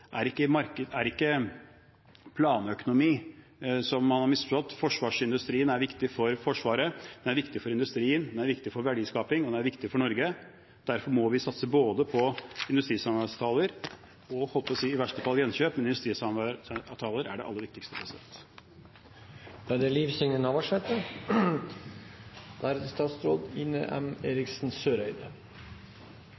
er ikke planøkonomi som man har misforstått. Forsvarsindustrien er viktig for Forsvaret, for industrien, for verdiskaping og for Norge. Derfor må vi satse på både industrisamarbeidsavtaler og – jeg holdt på å si i verste fall – gjenkjøp, men industrisamarbeidsavtaler er det aller viktigste.